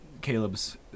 Caleb's